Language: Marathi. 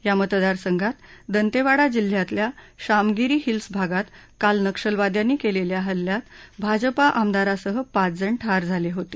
या मतदार संघात दंतेवाडा जिल्ह्यातल्या श्यामगिरी हिल्स भागात काल नक्षलवाद्यांनी केलेल्या हल्ल्यात भाजपा आमदारासह पाच जण ठार झाले होते